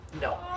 No